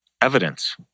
evidence